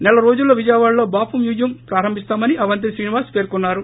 నెల రోజుల్లో విజయవాడలో బాపు మ్యూజియం ప్రారంభిస్తోమని అవంతి శ్రీనివాస్ పేర్కొన్నారు